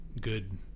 good